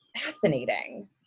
fascinating